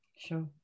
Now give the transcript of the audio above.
Sure